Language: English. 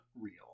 real